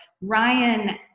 Ryan